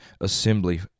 assembly